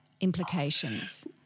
implications